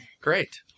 Great